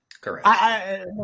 Correct